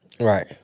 Right